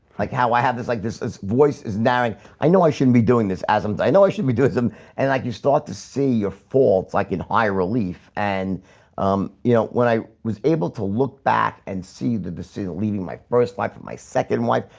like how i have this like this this voice now. and i know i shouldn't be doing this azam's i know i should be doing some and like you start to see your faults like in high relief and you know when i was able to look back and see the decision leaving my first life for my second wife,